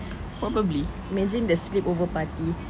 she imaging the sleepover party